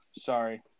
Sorry